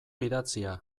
idatzia